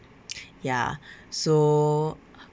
ya so